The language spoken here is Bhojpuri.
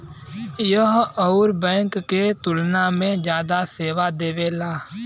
यह अउर बैंक के तुलना में जादा सेवा देवेला